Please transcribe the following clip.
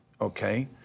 Okay